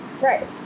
right